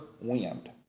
wind